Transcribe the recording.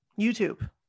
YouTube